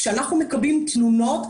כשאנחנו מקבלים תלונות,